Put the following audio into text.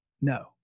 No